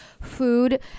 food